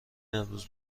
امروز